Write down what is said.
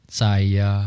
saya